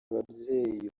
ababyeyi